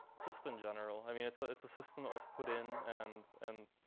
just in general. i mean, it's ah it's a system that was put in. and and